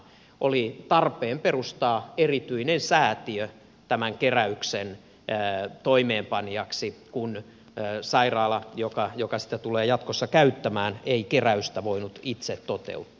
oli tarpeen perustaa erityinen säätiö tämän keräyksen toimeenpanijaksi kun sairaala joka tulee sitä jatkossa käyttämään ei keräystä voinut itse toteuttaa